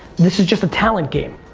this is just a talent game.